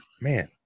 Man